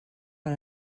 per